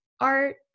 art